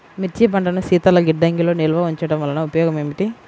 మిర్చి పంటను శీతల గిడ్డంగిలో నిల్వ ఉంచటం వలన ఉపయోగం ఏమిటి?